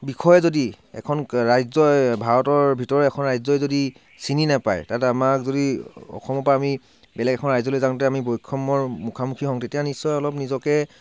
বিষয়ে যদি এখন ৰাজ্যই ভাৰতৰ ভিতৰৰ এখন ৰাজ্যই যদি চিনি নাপাই তাত আমাৰ যদি অসমৰ পৰা আমি বেলেগ এখন ৰাজ্যলৈ যাওতে যদি বৈষম্যৰ মুখামুখি হওঁ তেতিয়া নিশ্চয় অলপ নিজকে